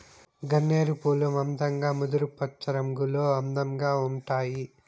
గన్నేరు పూలు మందంగా ముదురు పచ్చరంగులో అందంగా ఉంటాయి